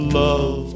love